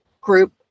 group